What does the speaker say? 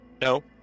No